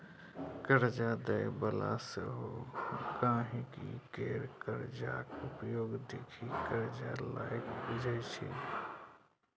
करजा दय बला सेहो गांहिकी केर करजाक उपयोग देखि करजा लायक बुझय छै